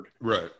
right